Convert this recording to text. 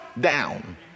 down